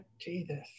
Jesus